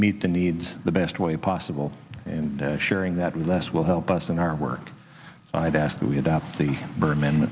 meet the needs the best way possible and sharing that with us will help us in our work i'd ask that we adopt the berman